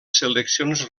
seleccions